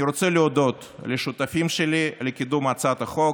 אני רוצה להודות לשותפים שלי לקידום הצעת החוק,